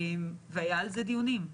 היו על זה דיונים.